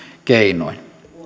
keinoin